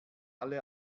alle